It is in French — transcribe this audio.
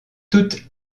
toute